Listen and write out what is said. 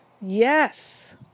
yes